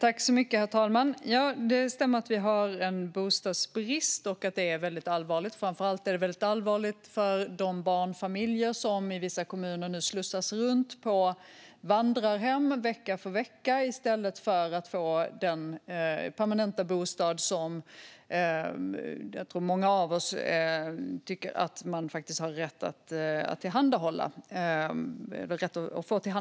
Herr talman! Det stämmer att det råder en allvarlig bostadsbrist. Framför allt är bostadsbristen allvarlig för de barnfamiljer som i vissa kommuner slussas runt på vandrarhem vecka för vecka i stället för att få den permanenta bostad som många av oss tycker att de har rätt att få.